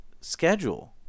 schedule